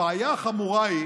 הבעיה החמורה היא